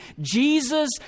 Jesus